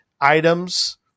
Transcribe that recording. items